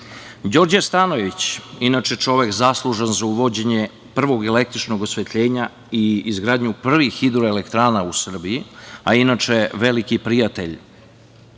Stanojević, inače čovek zaslužan za uvođenje prvog električnog osvetljenja i izgradnju prvih hidroelektrana u Srbiji, a inače veliki prijatelj